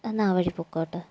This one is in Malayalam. എന്നാൽ ആ വഴി പോയിക്കോ ഏട്ടാ